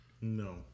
No